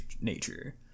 nature